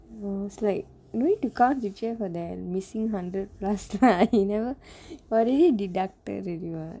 most like going to count you care for their missing hundred last try it never really did their part already [what]